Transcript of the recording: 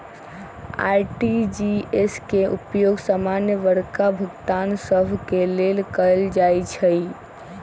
RTGS के उपयोग समान्य बड़का भुगतान सभ के लेल कएल जाइ छइ